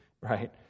right